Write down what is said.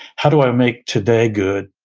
how do i make today good?